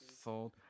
sold